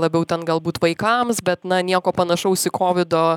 labiau ten galbūt vaikams bet na nieko panašaus į kovido